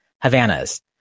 Havanas